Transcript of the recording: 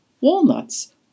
walnuts